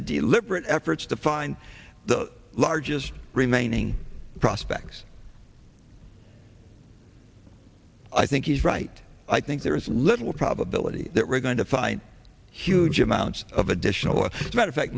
the deliberate efforts to find the largest remaining prospects i think he's right i think there is little probability that we're going to find huge amounts of additional matter fact